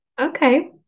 Okay